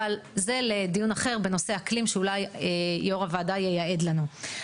אבל זה לדיון אחר בנושא אקלים שאולי יו"ר הוועדה ייעד לנו.